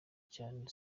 cyane